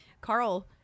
Carl